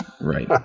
Right